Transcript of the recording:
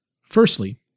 Firstly